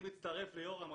אני מצטרף ליורם,